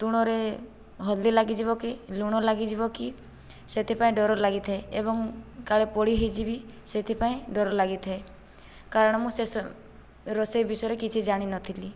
ତୁଣରେ ହଳଦୀ ଲାଗିଯିବ କି ଲୁଣ ଲାଗି ଯିବ କି ସେଥି ପାଇଁ ଡର ଲାଗିଥାଏ ଏବଂ କାଳେ ପୋଡ଼ି ହେଇଯିବି ସେଥିପାଇଁ ଡର ଲାଗିଥାଏ କାରଣ ମୁଁ ସେ ରୋଷେଇ ବିଷୟରେ କିଛି ଜାଣି ନଥିଲି